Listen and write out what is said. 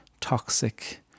toxic